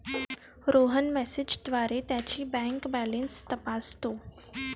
रोहन मेसेजद्वारे त्याची bank balance तपासतो